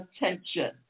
attention